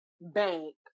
bank